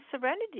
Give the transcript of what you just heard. Serenity